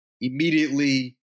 immediately